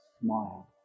smile